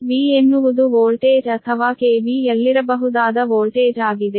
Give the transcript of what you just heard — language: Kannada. V ಎನ್ನುವುದು ವೋಲ್ಟೇಜ್ ಅಥವಾ kV ಯಲ್ಲಿರಬಹುದಾದ ವೋಲ್ಟೇಜ್ ಆಗಿದೆ